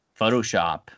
Photoshop